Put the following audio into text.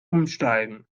umsteigen